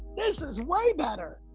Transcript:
this is way better.